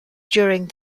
during